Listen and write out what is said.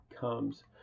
comes